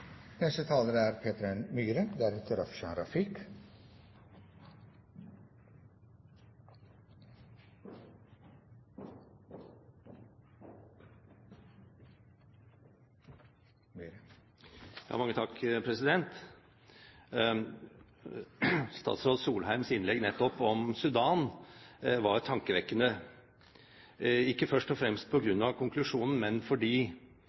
Statsråd Solheims innlegg nettopp om Sudan var tankevekkende – ikke først og fremst på grunn av konklusjonen, men fordi